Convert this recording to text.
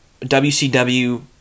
WCW